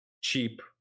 cheap